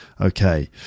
Okay